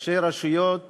ראשי רשויות